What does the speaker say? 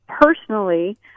personally